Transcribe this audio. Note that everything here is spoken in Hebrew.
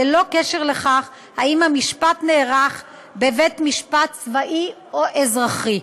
ללא קשר לכך שהמשפט נערך בבית משפט צבאי או אזרחי.